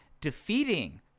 defeating